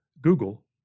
Google